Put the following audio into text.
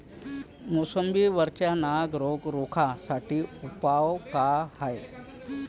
मोसंबी वरचा नाग रोग रोखा साठी उपाव का हाये?